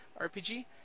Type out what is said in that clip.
RPG